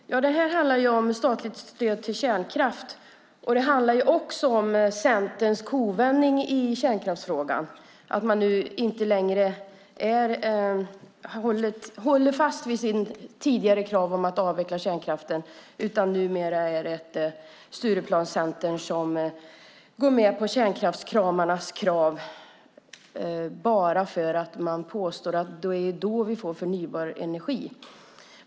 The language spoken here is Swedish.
Fru talman! Det här handlar om statligt stöd till kärnkraft. Det handlar också om Centerns kovändning i kärnkraftsfrågan, att man nu inte längre håller fast vid sitt tidigare krav om att avveckla kärnkraften utan numera är Stureplanscentern, som går med på kärnkraftskramarnas krav. Man påstår att det är då vi får förnybar energi.